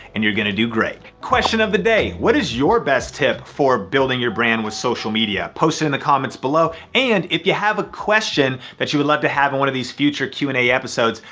and you're gonna do great. question of the day. what is your best tip for building your brand with social media? post it in the comments below. and if you have a question that you would love to have in one of these future q and a episodes,